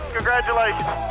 Congratulations